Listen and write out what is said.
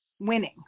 winning